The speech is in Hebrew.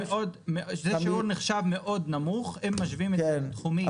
זה שיעור שנחשב מאוד נמוך אם משווים את התחומים.